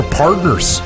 partners